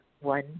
one